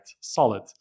solid